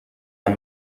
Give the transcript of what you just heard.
amb